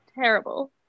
terrible